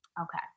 Okay